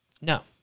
No